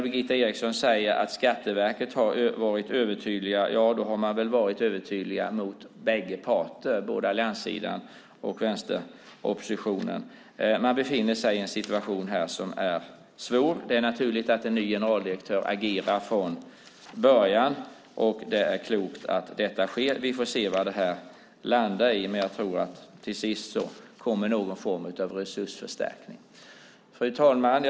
Birgitta Eriksson säger att Skatteverket har varit övertydligt. Det har väl varit övertydligt mot båda parter, både allianssidan och vänsteroppositionen. Man befinner sig i en situation som är svår. Det är naturligt att en ny generaldirektör agerar. Det är klokt att detta sker. Vi får se vad det landar i. Jag tror att det till sist kommer någon form av resursförstärkning. Fru talman!